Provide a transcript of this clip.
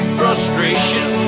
frustration